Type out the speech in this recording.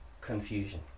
Confusion